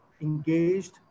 engaged